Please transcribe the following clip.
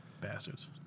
Bastards